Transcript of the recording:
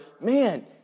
man